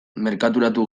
merkaturatu